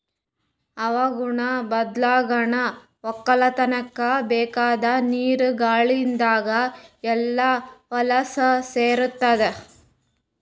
ಹವಾಗುಣ ಬದ್ಲಾಗನಾ ವಕ್ಕಲತನ್ಕ ಬೇಕಾದ್ ನೀರ ಗಾಳಿದಾಗ್ ಎಲ್ಲಾ ಹೊಲಸ್ ಸೇರತಾದ